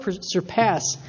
surpass